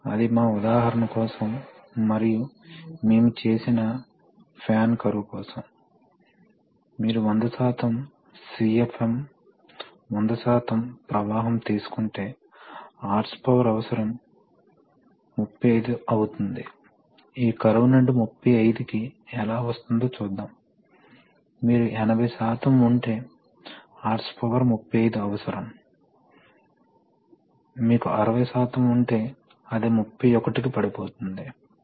ఇది ఒక విలక్షణమైన చిత్రం అని మేము చెప్పినట్లుగా ఇప్పుడు మనకు న్యూమాటిక్ రిజర్వాయర్ ఉంది ఇది కేవలం ఒక ఇన్లెట్ మరియు ఒక అవుట్లెట్ ఉన్న కంటైనర్ మరియు ప్రెషర్ లో గాలిని కలిగి ఉంటుంది మరియు సామర్థ్యం ప్రాథమికంగా మీకు న్యూమాటిక్ ఎనర్జీ తెలుసు కాబట్టి ప్రెజర్ తో కూడిన ప్రెస్సురైజ్డ్ గాలి అనేది న్యూమాటిక్ ఎనర్జీ నిల్వ చేయగలిగే శక్తి మొత్తాన్ని ప్రాథమికంగా రెండు పరిమాణాల ద్వారా నిర్ణయిస్తారు అంటే ఏ ప్రెషర్ వద్ద ఎంత గాలి నిల్వ చేయబడుతుంది మరియు ప్రెషర్ ఏమిటి